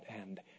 end